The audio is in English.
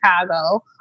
Chicago